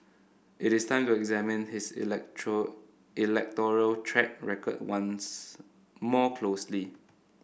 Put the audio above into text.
it is time to examine his electoral track record once more closely